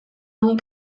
nik